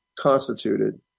Constituted